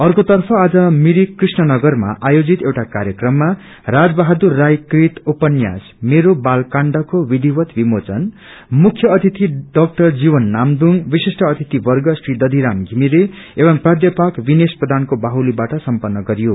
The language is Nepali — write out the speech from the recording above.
अर्कोतर्फ आज मिरिक कृषनगरमा आयोजित एउटा कार्यक्रममा राज बहादुर राई कृत उपन्खास बालकाण्ड को विधिवत विमोचन मुख्य अतिथि डा जीवन नाम्दूङ विशिष्ट अतिथ वर्ग श्री दीघाराम घिमिरे एवं प्राध्यापक विनेस प्रधानको बाहुलीबाट सम्पनन गरियो